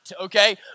okay